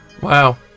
Wow